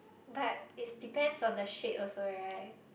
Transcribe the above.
but is depends of the shape also right